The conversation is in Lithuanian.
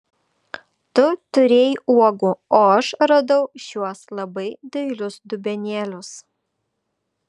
tu turėjai uogų o aš radau šiuos labai dailius dubenėlius